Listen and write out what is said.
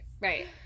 Right